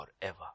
forever